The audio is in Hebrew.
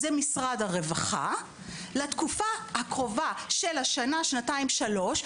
וזה משרד הרווחה בתקופה הקרובה של שנה-שנתיים-שלוש,